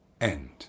end